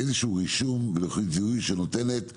שנותנת אחריות.